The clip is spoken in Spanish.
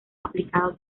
aplicado